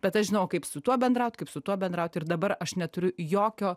bet aš žinojau kaip su tuo bendraut kaip su tuo bendraut ir dabar aš neturiu jokio